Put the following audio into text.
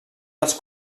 dels